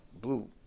blue